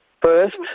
first